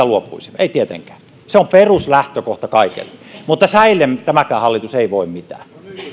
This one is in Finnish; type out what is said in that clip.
luopuisimme emme tietenkään se on peruslähtökohta kaikelle mutta säille tämäkään hallitus ei voi mitään